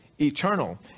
eternal